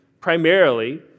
primarily